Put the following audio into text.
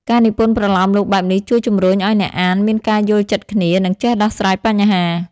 ការនិពន្ធប្រលោមលោកបែបនេះជួយជំរុញឲ្យអ្នកអានមានការយល់ចិត្តគ្នា និងចេះដោះស្រាយបញ្ហា។